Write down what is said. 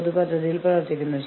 അത് പുറത്ത് നിന്ന് ആയിരിക്കണം